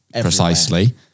Precisely